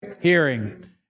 Hearing